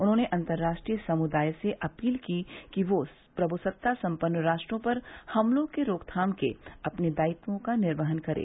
उन्होने अंतराष्ट्रीय समुदाय से अपील की कि वो प्रभूसत्ता सम्पन्न राष्ट्रों पर हमले के रोकथाम के अपने दायित्वों का निर्वहन करें